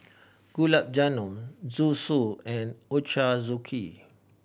Gulab Jamun Zosui and Ochazuke